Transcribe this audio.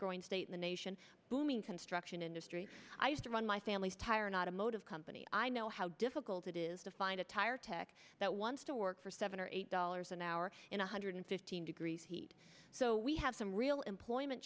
growing state the nation booming construction industry i used to run my family's tire an automotive company i know how difficult it is to find a tire tech that wants to work for seven or eight dollars an hour in a hundred fifteen degrees heat so we have some real employment